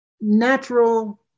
natural